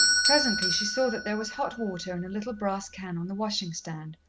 presently she saw that there was hot water in a little brass can on the washing-stand,